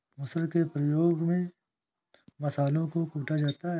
मुसल के प्रयोग से मसालों को कूटा जाता है